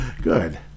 Good